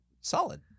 solid